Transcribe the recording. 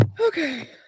Okay